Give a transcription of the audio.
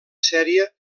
sèrie